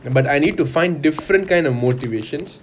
but I need to find different kind of motivations